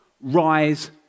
rise